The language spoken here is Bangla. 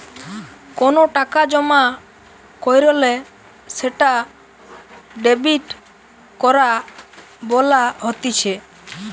কোনো টাকা জমা কইরলে সেটা ডেবিট করা বলা হতিছে